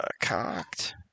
cocked